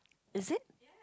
is it